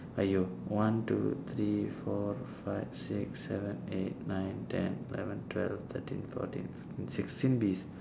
!aiyo! one two three four five six seven eight nine ten eleven twelve thirteen fourteen fifteen sixteen bees